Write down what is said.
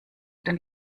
den